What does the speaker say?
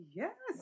yes